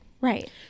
Right